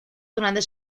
grandes